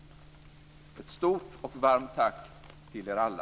Ett stort och varm tack till er alla.